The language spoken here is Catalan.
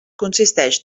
consisteix